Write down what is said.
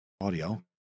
audio